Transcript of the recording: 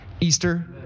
Easter